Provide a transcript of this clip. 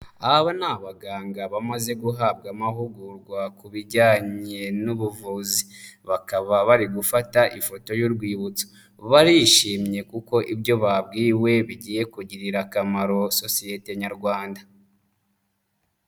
Aba ni abaganga bamaze guhabwa amahugurwa ku bijyanye n'ubuvuzi bakaba bari gufata ifoto y'urwibutso barishimye kuko ibyo babwiwe bigiye kugirira akamaro sosiyete nyarwanda.